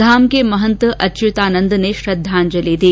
धाम के महंत अच्युतानंद ने श्रद्धाजंलि दी